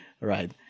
right